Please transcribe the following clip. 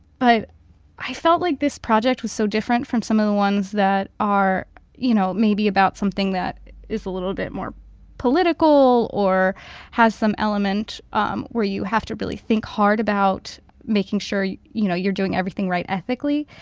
but i felt like this project was so different from some of the ones that are, you know, maybe about something that is a little bit more political or has some element um where you have to really think hard about making sure you, you know, you're doing everything right ethically.